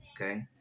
Okay